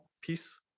peace